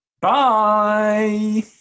Bye